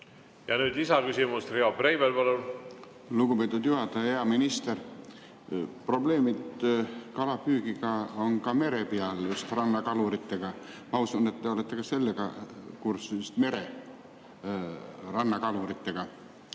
Ja nüüd lisaküsimus, Riho Breivel, palun! Lugupeetud juhataja! Hea minister! Probleemid kalapüügiga on ka merel, just rannakaluritega. Ma usun, et te olete sellega kursis – mere rannakaluritega.